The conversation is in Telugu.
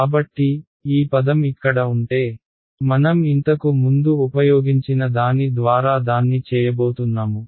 కాబట్టి ఈ పదం ఇక్కడ ఉంటే మనం ఇంతకు ముందు ఉపయోగించిన దాని ద్వారా దాన్ని చేయబోతున్నాము